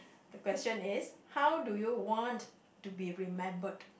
the question is how do you want to be remembered